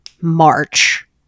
March